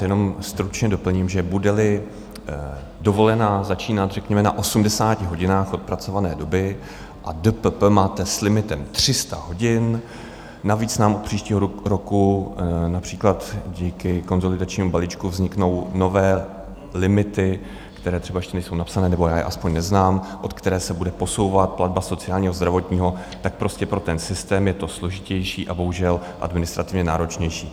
Jenom stručně doplním, že budeli dovolená začínat, řekněme, na 80 hodinách odpracované doby a DPP máte s limitem 300 hodin, navíc nám od příštího roku například díky konsolidačního balíčku vzniknou nové limity, které třeba ještě nejsou napsané, nebo já je aspoň neznám, od kterých se bude posouvat platba sociálního a zdravotního, tak prostě pro ten systém je to složitější a bohužel administrativně náročnější.